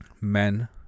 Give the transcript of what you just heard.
men